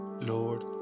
Lord